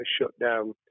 shutdown